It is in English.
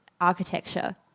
architecture